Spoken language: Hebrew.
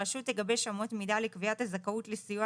הרשות תגבש אמות מידה לקביעת הזכאות לסיוע